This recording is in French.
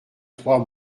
trois